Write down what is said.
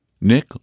Nick